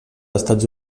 estats